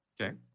Okay